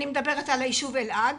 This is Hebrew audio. על היישוב אלעד